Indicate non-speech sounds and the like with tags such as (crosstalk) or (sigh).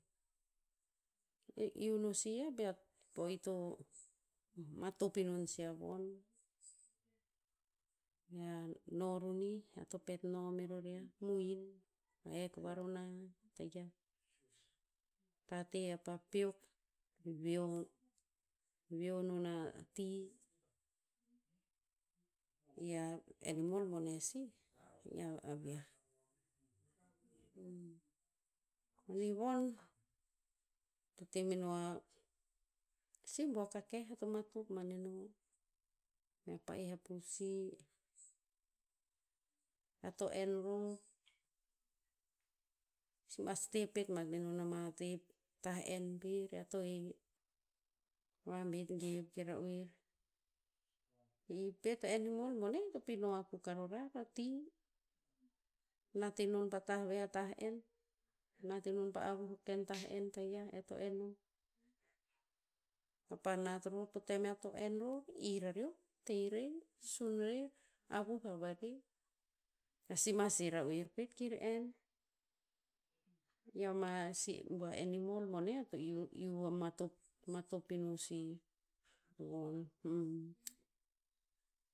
I iu no si yiah pi a po o ito, matop inon si a von. Bea no ro nih, ear to no meror yiah, mohin, hek varona, tayiah. Tate apa peok. Veo- veo non a ti. I a, animal bone sih, i a- a vi'ah. (unintelligible) von, to te meno a, si buok a keh eo to matop ban neno, mea pa'eh a pusi. Ea to en ror, si mas te pet bat menon ama te, tah en pir ea to he. Vabet gev ke ra'oer. I pet a animal boneh to pino akuk pet a rorar. Nat enon pa tah ve a tah en. Nat enon pa avuh o ken tah en tayiah e to en nom. Kapa nat ror po tem ear to en ror, ir rareom, te rer sun rer, avuh ha varer. Ea si mas he ra'oer pet kir en. I ama si bua animal boneh eo to iu- iu matop- matop ino sih von. (unintelligible)